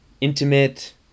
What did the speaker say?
intimate